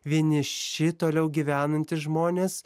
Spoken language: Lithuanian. vieniši toliau gyvenantys žmonės